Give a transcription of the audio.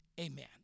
Amen